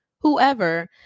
whoever